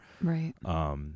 Right